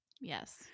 Yes